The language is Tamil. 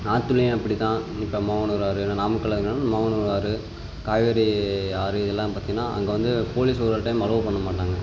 ஆற்றுலையும் அப்படித்தான் இப்போ மோகனூர் ஆறு ஏன்னால் நாமக்கலில் இருக்கிறதால மோகனூர் ஆறு காவேரி ஆறு இதெல்லாம் பார்த்தீங்கன்னா அங்கே வந்து போலீஸ் ஒரு ஒரு டைம் அலோவ் பண்ண மாட்டாங்க